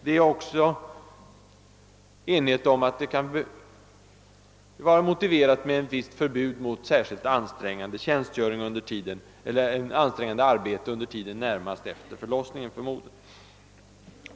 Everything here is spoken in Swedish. Det råder också enighet om att det kan vara motiverat med ett visst förbud mot särskilt ansträngande arbete för modern under tiden närmast efter förlossningen.